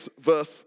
verse